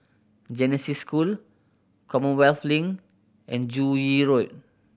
Genesis School Commonwealth Link and Joo Yee Road